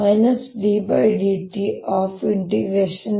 ಆದ್ದರಿಂದ ddtB